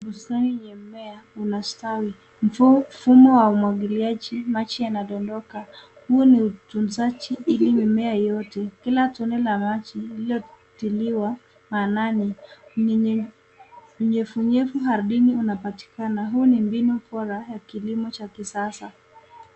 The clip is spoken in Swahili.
Bustani yenye mimea unastawi, mfumo wa umwakiliaji maji yanadondoka, huu ni utunzaji ili mimea iote. Kila tone la maji lililotiliwa maanani vinyevunyevu ardhini unapatikana huu ni mbinu Bora ya kilimo cha kisasa .